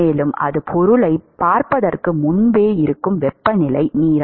மேலும் அது பொருளைப் பார்ப்பதற்கு முன்பே இருக்கும் வெப்பநிலை நீராவி